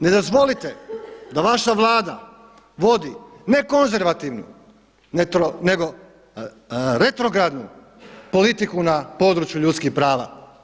Ne dozvolite da vaša Vlada vodi ne konzervativnu nego retrogradnu politiku na području ljudskih prava.